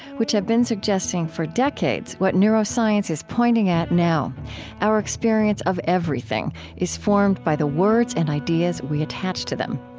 which have been suggesting for decades what neuroscience is pointing at now our experience of everything is formed by the words and ideas we attach to them.